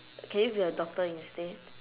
can you be a doctor instead